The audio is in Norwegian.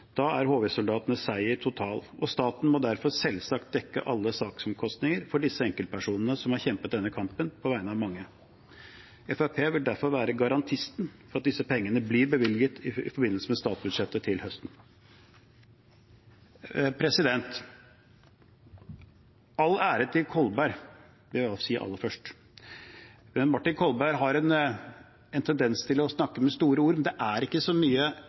er HV-soldatenes seier total. Staten må derfor selvsagt dekke alle saksomkostninger for disse enkeltpersonene, som har kjempet denne kampen på vegne av mange. Fremskrittspartiet vil derfor være garantisten for at disse pengene blir bevilget i forbindelse med statsbudsjettet til høsten. All ære til representanten Martin Kolberg – det vil jeg si aller først. Han har en tendens til å snakke med store ord, men det er ikke så